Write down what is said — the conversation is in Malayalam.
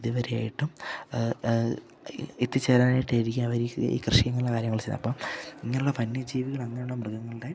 ഇതുവരെ ആയിട്ടും എത്തിച്ചേരാൻ ആയിട്ടായിരിക്കും അവർ ഈ ഈ കൃഷി ഇങ്ങനുള്ള കാര്യങ്ങൾ ചെയ്യുന്നത് അപ്പം ഇങ്ങനുള്ള വന്യജീവികൾ അങ്ങനുള്ള മൃഗങ്ങളുടെ